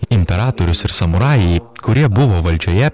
imperatorius ir samurajai kurie buvo valdžioje